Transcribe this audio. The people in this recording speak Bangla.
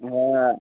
হ্যাঁ